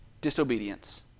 Disobedience